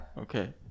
okay